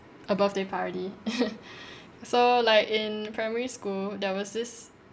a birthday party so like in primary school there was this